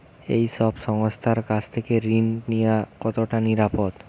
এই সব সংস্থার কাছ থেকে ঋণ নেওয়া কতটা নিরাপদ?